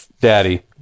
daddy